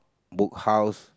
Book House